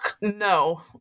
no